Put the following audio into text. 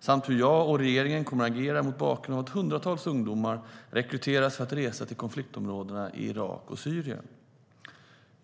samt hur jag och regeringen kommer att agera mot bakgrund av att hundratals ungdomar rekryteras för att resa till konfliktområdena i Irak och Syrien.